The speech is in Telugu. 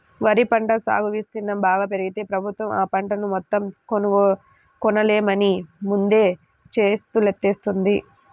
వరి పంట సాగు విస్తీర్ణం బాగా పెరిగితే ప్రభుత్వం ఆ పంటను మొత్తం కొనలేమని ముందే చేతులెత్తేత్తంది